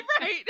right